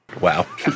Wow